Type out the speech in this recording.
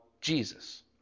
Jesus